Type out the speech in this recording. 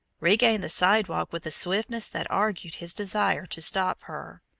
regain the sidewalk with a swiftness that argued his desire to stop her.